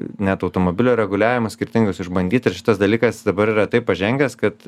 net automobilio reguliavimą skirtingus išbandyti ir šitas dalykas dabar yra taip pažengęs kad